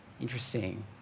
Interesting